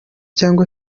cyangwa